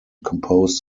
composed